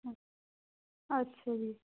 ਅੱਛਾ ਜੀ